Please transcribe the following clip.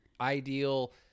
ideal